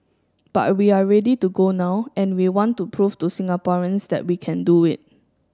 but we are ready to go now and we want to prove to Singaporeans that we can do it